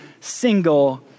single